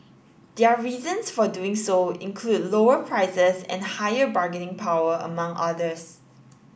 their reasons for doing so include lower prices and higher bargaining power among others